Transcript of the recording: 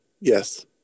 Yes